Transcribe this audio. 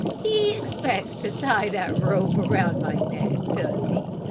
he expects to tie that rope around my neck, does he?